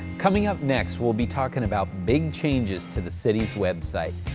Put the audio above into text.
coming up next, we'll be talking about big changes to the city's web site.